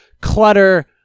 clutter